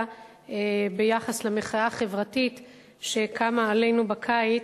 ביחס למחאה החברתית שקמה עלינו בקיץ.